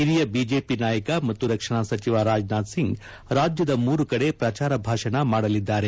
ಹಿರಿಯ ಬಿಜೆಪಿ ನಾಯಕ ಮತ್ತು ರಕ್ಷಣಾ ಸಚಿವ ರಾಜನಾಥ್ ಸಿಂಗ್ ರಾಜ್ಯದ ಮೂರು ಕಡೆ ಪ್ರಚಾರ ಭಾಷಣ ಮಾಡಲಿದ್ದಾರೆ